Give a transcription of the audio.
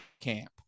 Camp